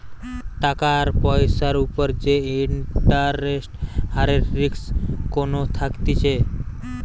টাকার পয়সার উপর যে ইন্টারেস্ট হারের রিস্ক কোনো থাকতিছে